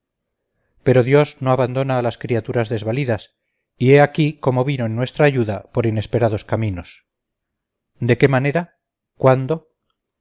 pero dios no abandona a las criaturas desvalidas y he aquí cómo vino en nuestra ayuda por inesperados caminos de qué manera cuándo